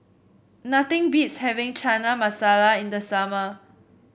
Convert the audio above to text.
nothing beats having Chana Masala in the summer